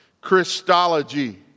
Christology